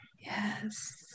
Yes